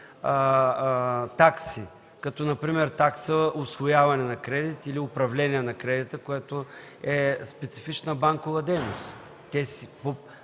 такси, като например такса усвояване на кредита или управление на кредита, което е специфична банкова дейност. По